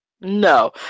No